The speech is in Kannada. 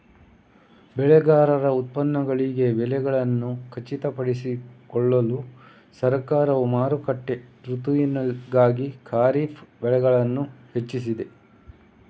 ಬೆಳೆಗಾರರ ಉತ್ಪನ್ನಗಳಿಗೆ ಬೆಲೆಗಳನ್ನು ಖಚಿತಪಡಿಸಿಕೊಳ್ಳಲು ಸರ್ಕಾರವು ಮಾರುಕಟ್ಟೆ ಋತುವಿಗಾಗಿ ಖಾರಿಫ್ ಬೆಳೆಗಳನ್ನು ಹೆಚ್ಚಿಸಿದೆ